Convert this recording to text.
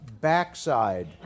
backside